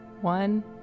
one